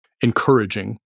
encouraging